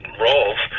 roles